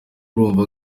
urumva